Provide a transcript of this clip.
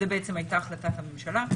זו בעצם הייתה החלטת הממשלה.